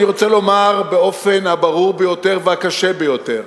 אני רוצה לומר באופן הברור ביותר והקשה ביותר: